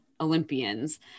Olympians